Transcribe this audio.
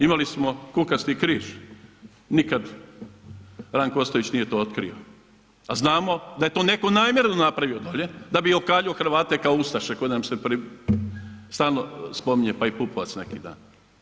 Imali smo kukasti križ, nikad Ranko Ostojić nije to otkrio a znamo da je to netko namjerno napravio dolje da bi okaljao Hrvate kao ustaše koje nam se stalno spominje, pa i Pupovac neki dan.